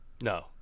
no